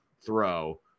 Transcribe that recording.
throw